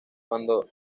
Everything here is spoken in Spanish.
cuando